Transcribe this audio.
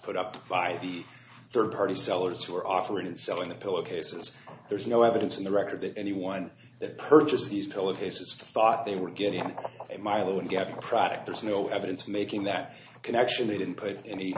put up by the third party sellers who were offering and selling the pillow cases there's no evidence in the record that anyone that purchased these telekinesis thought they were getting milo and getting a product there's no evidence making that connection they didn't put any